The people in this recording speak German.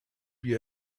wie